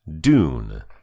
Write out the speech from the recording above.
Dune